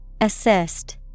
Assist